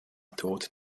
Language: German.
tod